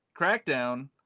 Crackdown